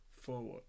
forward